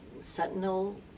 sentinel